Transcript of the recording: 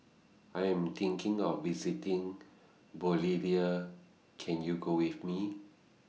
I Am thinking of visiting Bolivia Can YOU Go with Me